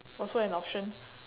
also an option